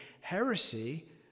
heresy